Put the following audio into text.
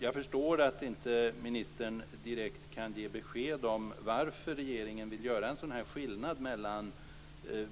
Jag förstår att ministern inte direkt kan ge besked om varför regeringen vill göra en skillnad mellan